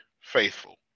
faithful